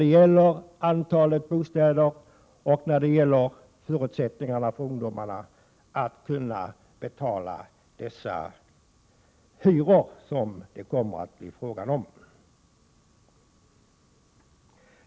Det gäller både antalet bostäder och förutsättningarna för ungdomarna att kunna betala de hyror som det kommer att bli fråga om.